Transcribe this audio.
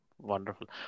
Wonderful